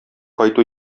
кайту